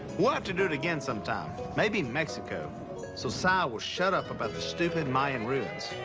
we'll have to do it again sometime. maybe mexico so si will shut up about the stupid mayan ruins.